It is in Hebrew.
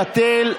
בטל,